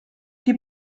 die